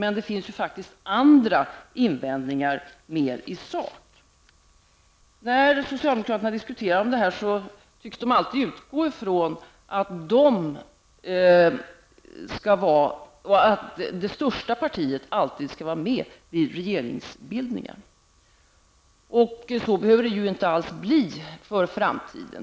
Men det finns ju faktiskt andra invändningar, mer i sak. När socialdemokraterna diskuterar detta, tycks de alltid utgå ifrån att det största partiet alltid skall vara med vid regeringsbildningar. Så behöver det ju inte alls bli i framtiden.